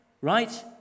right